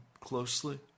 closely